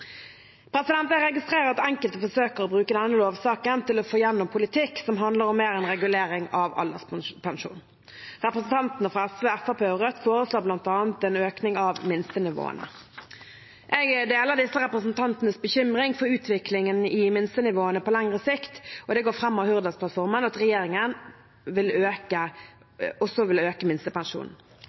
Jeg registrerer at enkelte forsøker å bruke denne lovsaken til å få gjennom politikk som handler om mer enn regulering av alderspensjon. Representantene fra SV, Fremskrittspartiet og Rødt foreslår bl.a. en øking av minstenivåene. Jeg deler disse representantenes bekymring for utviklingen i minstenivåene på lengre sikt, og det går fram av Hurdalsplattformen at også regjeringen vil øke